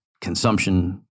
consumption